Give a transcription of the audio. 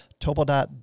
Topodot